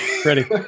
ready